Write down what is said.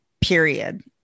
period